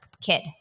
kid